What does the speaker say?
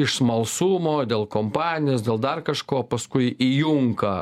iš smalsumo dėl kompanijos dėl dar kažko paskui įjunka